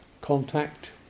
contact